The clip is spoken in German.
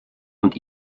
und